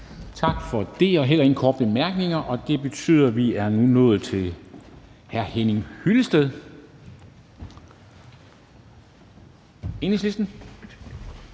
Her er der heller ikke nogen korte bemærkninger, og det betyder, at vi nu er nået til hr. Henning Hyllested, Enhedslisten.